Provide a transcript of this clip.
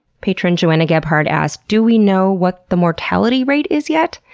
patron johanna gebhard asked do we know what the mortality rate is yet?